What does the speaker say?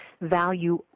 value